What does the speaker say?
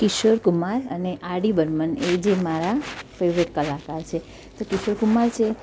કિશોર કુમાર અને આરડી બર્મન એ જે મારા ફેવરેટ કલાકાર છે તો કિશોર કુમાર છે